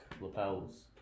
lapels